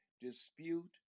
dispute